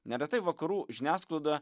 neretai vakarų žiniasklaidoje